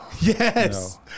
Yes